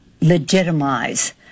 legitimize